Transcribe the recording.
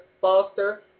foster